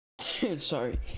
sorry